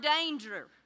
danger